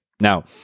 now